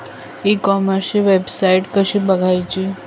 E कॉमर्सची website कशी बनवची?